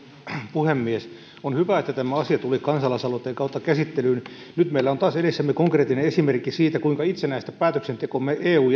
puhemies on hyvä että tämä asia tuli kansalaisaloitteen kautta käsittelyyn nyt meillä on taas edessämme konkreettinen esimerkki siitä kuinka itsenäistä päätöksentekomme eu